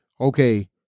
okay